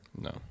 No